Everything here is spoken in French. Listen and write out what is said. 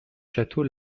château